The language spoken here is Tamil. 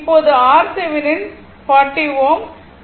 இப்போது RThevenin 40 Ω